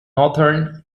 northern